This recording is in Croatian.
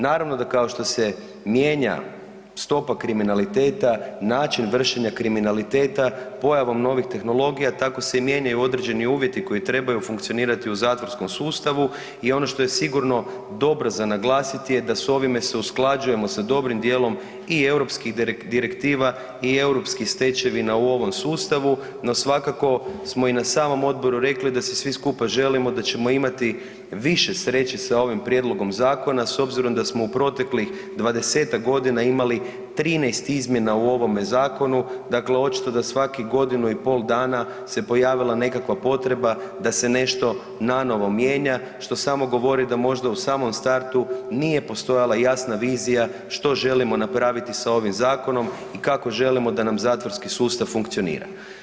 Naravno da, kao što se mijenja stopa kriminaliteta, način vršenja kriminaliteta pojavom novih tehnologija, tako se i mijenjaju određeni uvjeti koji trebaju funkcionirati u zatvorskom sustavu i ono što je sigurno dobro za naglasiti je da s ovime se usklađujemo sa dobrim dijelom i europskih direktiva i europskih stečevina u ovom sustavu, no, svakako smo i na samom odboru rekli da se svi skupa želimo, da ćemo imati više sreće sa ovim prijedlogom zakona, s obzirom da smo u proteklih 20-tak godina imali 13 izmjena u ovome zakonu, dakle, očito da svakih godinu i pol dana se pojavila nekakva potreba da se nešto nanovo mijenja što samo govori da možda u samom startu nije postojala jasna vizija što želimo napraviti sa ovim zakonom i kako želimo da nam zatvorski sustav funkcionira.